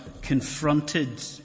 confronted